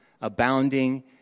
abounding